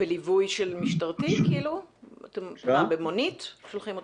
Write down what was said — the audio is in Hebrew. בליווי משטרתי או במונית שולחים אותן?